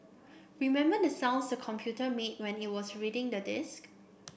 remember the sounds the computer made when it was reading the disk